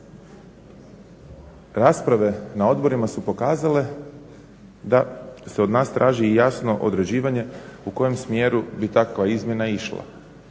rasprave na odborima su pokazale da se od nas traži i jasno određivanje u kojem smjeru bi takva izmjena išla.